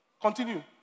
Continue